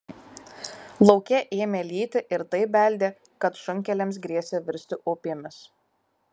lauke ėmė lyti ir taip beldė kad šunkeliams grėsė virsti upėmis